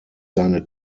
seine